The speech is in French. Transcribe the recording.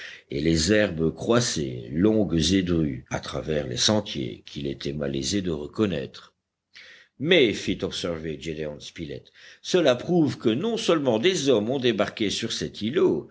et les herbes croissaient longues et drues à travers les sentiers qu'il était malaisé de reconnaître mais fit observer gédéon spilett cela prouve que non seulement des hommes ont débarqué sur cet îlot